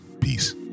peace